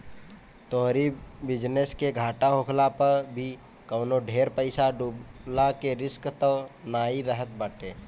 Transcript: तोहरी बिजनेस के घाटा होखला पअ भी कवनो ढेर पईसा डूबला के रिस्क तअ नाइ रहत बाटे